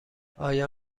آیا